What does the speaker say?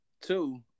two